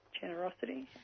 generosity